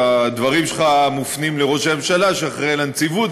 והדברים שלך מופנים לראש הממשלה שאחראי לנציבות,